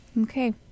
Okay